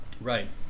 Right